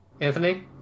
Anthony